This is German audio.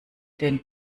den